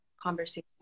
conversation